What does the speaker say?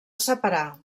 separar